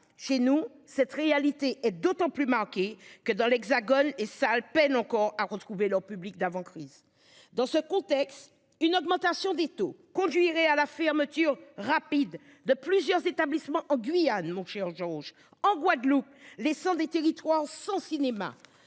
chez nous cette réalité est d'autant plus marquée que dans l'Hexagone et ça peine encore à retrouver leur public d'avant crise. Dans ce contexte, une augmentation des taux conduirait à la fermeture rapide de plusieurs établissements en Guyane. Mon cher Georges. En Guadeloupe, les 100 des Thierry trois son cinéma